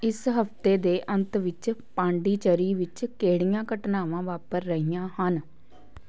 ਇਸ ਹਫਤੇ ਦੇ ਅੰਤ ਵਿੱਚ ਪਾਂਡੀਚਰੀ ਵਿੱਚ ਕਿਹੜੀਆਂ ਘਟਨਾਵਾਂ ਵਾਪਰ ਰਹੀਆਂ ਹਨ